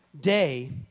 day